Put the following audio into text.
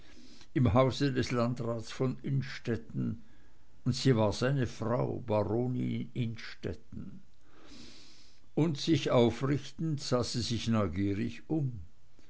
im hause des landrats von innstetten und sie war seine frau baronin innstetten und sich aufrichtend sah sie sich neugierig um